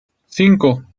cinco